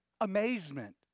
amazement